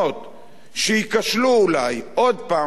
שייכשלו אולי עוד פעם ועוד פעם,